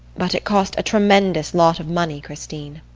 but it cost a tremendous lot of money, christine.